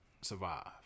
survive